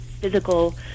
physical